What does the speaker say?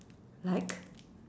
like